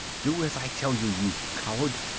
do as i tell you, you coward!